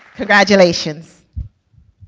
congratulations.